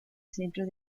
centro